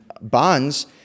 bonds